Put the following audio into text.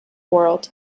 world